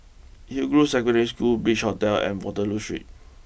Hillgrove Secondary School Beach Hotel and Waterloo Street